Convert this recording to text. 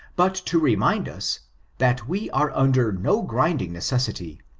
but to remind us that we are under no giinding necessity,